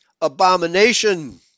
abomination